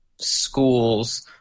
schools